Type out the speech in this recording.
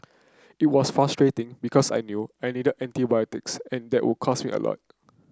it was frustrating because I knew I needed antibiotics and that would cost me a lot